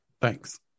thanks